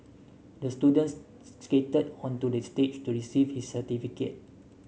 the student skated onto the stage to receive his certificate